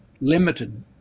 limited